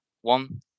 One